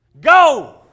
Go